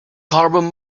carbon